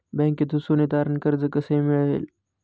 बँकेतून सोने तारण कर्ज कसे मिळेल?